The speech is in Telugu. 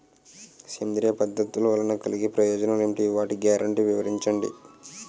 సేంద్రీయ పద్ధతుల వలన కలిగే ప్రయోజనాలు ఎంటి? వాటి గ్యారంటీ వివరించండి?